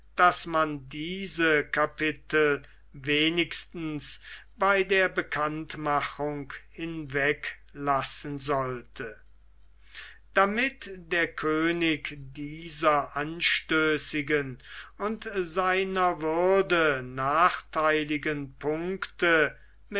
daß man diese capitel wenigstens bei der bekanntmachung hinweglassen sollte damit der könig dieser anstößigen und seiner würde nachtheiligen punkte